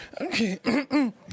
Okay